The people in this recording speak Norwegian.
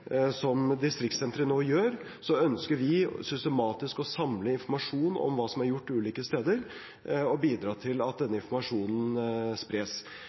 nå gjør, ønsker vi systematisk å samle informasjon om hva som er gjort ulike steder, og bidra til at denne informasjonen spres.